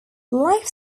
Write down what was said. life